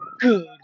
Good